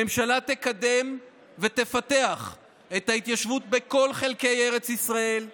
הממשלה תקדם ותפתח את ההתיישבות בכל חלקי ארץ ישראל בגליל,